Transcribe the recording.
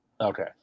Okay